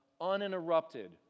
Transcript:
uninterrupted